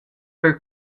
per